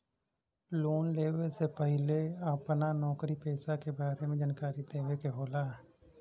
Loan लेवे से पहिले अपना नौकरी पेसा के बारे मे जानकारी देवे के होला?